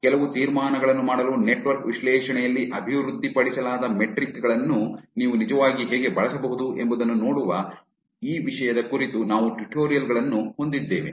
ಕೆಲವು ತೀರ್ಮಾನಗಳನ್ನು ಮಾಡಲು ನೆಟ್ವರ್ಕ್ ವಿಶ್ಲೇಷಣೆಯಲ್ಲಿ ಅಭಿವೃದ್ಧಿಪಡಿಸಲಾದ ಮೆಟ್ರಿಕ್ ಗಳನ್ನು ನೀವು ನಿಜವಾಗಿ ಹೇಗೆ ಬಳಸಬಹುದು ಎಂಬುದನ್ನು ನೋಡುವ ಈ ವಿಷಯದ ಕುರಿತು ನಾವು ಟ್ಯುಟೋರಿಯಲ್ ಗಳನ್ನು ಹೊಂದಿದ್ದೇವೆ